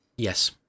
Yes